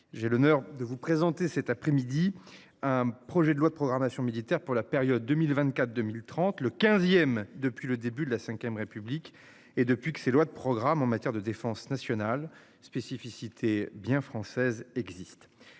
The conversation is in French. j'ai l'honneur de vous présenter cet après-midi. Un projet de loi de programmation militaire pour la période 2024 2030. Le quinzième depuis le début de la Ve République et depuis que ces lois de programme en matière de défense nationale, spécificité bien française existe.